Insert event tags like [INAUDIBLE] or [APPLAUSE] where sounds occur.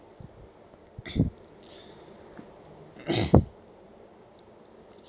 [NOISE] [NOISE]